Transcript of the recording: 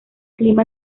clima